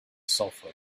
sulfur